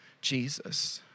Jesus